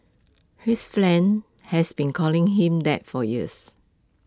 his friends has been calling him that for years